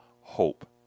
hope